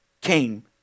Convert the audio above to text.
came